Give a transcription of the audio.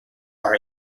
are